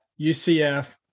UCF